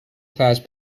class